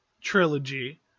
trilogy